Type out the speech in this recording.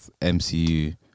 MCU